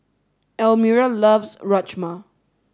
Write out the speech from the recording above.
Almira loves Rajma